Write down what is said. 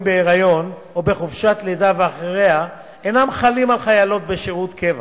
בהיריון או בחופשת לידה ואחריה אינם חלים על חיילות בשירות קבע,